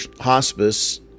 hospice